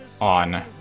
on